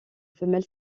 femelle